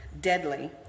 Deadly